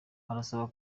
arasaba